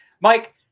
mike